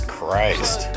Christ